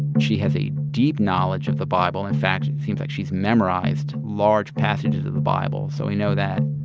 she has a deep knowledge of the bible. in fact, seems like she's memorized large passages of the bible. so we know that.